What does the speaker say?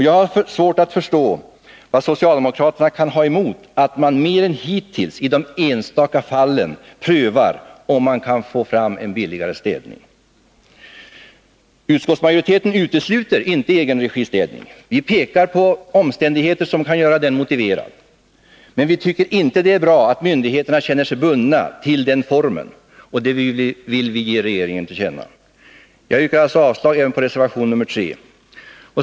Jag har svårt att förstå vad socialdemokraterna kan ha emot att man mer än hittills i de enskilda fallen prövar om man kan få fram en billigare städning. Utskottsmajoriteten utesluter inte städning i egen regi. Vi pekar på omständigheter som kan göra den motiverad. Men vi tycker inte att det är bra att myndigheterna känner sig bundna till den formen, och det vill vi ge regeringen till känna. Jag yrkar alltså avslag även på reservation 3.